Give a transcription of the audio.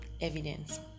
evidence